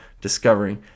discovering